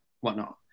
whatnot